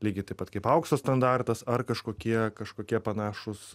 lygiai taip pat kaip aukso standartas ar kažkokie kažkokie panašūs